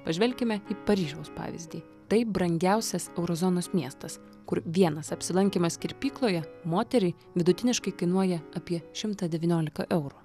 pažvelkime į paryžiaus pavyzdį tai brangiausias euro zonos miestas kur vienas apsilankymas kirpykloje moteriai vidutiniškai kainuoja apie šimtą devyniolika eurų